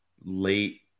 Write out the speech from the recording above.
late